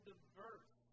diverse